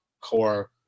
core